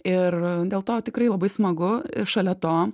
ir dėl to tikrai labai smagu šalia to